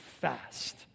fast